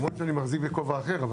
למרות שאני מחזיק בכובע אחר.